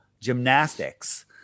gymnastics